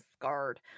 scarred